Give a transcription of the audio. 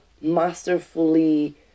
masterfully